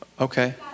Okay